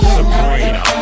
Sabrina